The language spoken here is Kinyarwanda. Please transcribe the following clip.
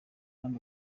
hano